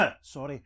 Sorry